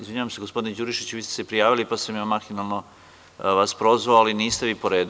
Izvinjavam se, gospodine Đurišiću vi ste se prijavili pa sam ja mahinalno vas prozvao, ali niste vi po redu.